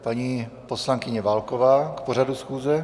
Paní poslankyně Válková k pořadu schůze.